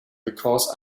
because